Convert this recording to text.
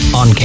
on